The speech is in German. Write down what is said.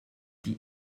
die